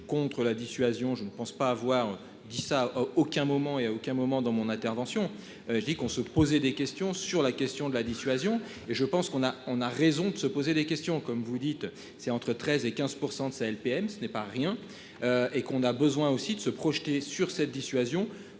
contre la dissuasion. Je ne pense pas avoir dit ça. Aucun moment. Et à aucun moment dans mon intervention, je dis qu'on se poser des questions sur la question de la dissuasion et je pense qu'on a, on a raison de se poser des questions, comme vous dites, c'est entre 13 et 15% ça LPM. Ce n'est pas rien. Et qu'on a besoin aussi de se projeter sur cette dissuasion